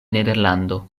nederlando